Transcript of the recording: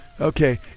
Okay